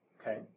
Okay